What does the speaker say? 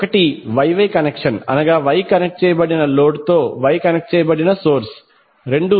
Y Y connection అనగా Y connect చేయబడిన load తో Y కనెక్ట్ చేయబడిన సోర్స్ 2